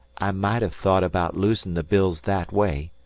i might have thought about losing the bills that way,